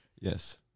Yes